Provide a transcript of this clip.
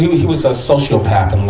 he was a sociopath,